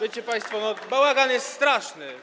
Wiecie państwo, bałagan jest straszny.